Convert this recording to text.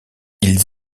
ils